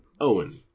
Owen